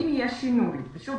אם יהיה שינוי שוב,